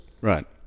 right